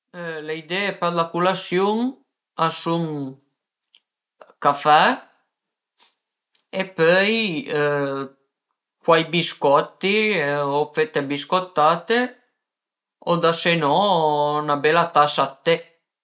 Le idee për la culasiun a sun café e pöi cuai biscotti e o fette biscottate o da se no 'na bela tasa dë te